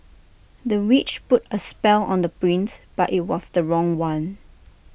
the witch put A spell on the prince but IT was the wrong one